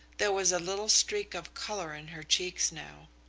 there was a little streak of colour in her cheeks now.